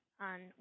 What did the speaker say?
On